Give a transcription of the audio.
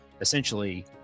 essentially